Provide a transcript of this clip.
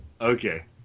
Okay